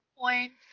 points